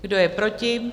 Kdo je proti?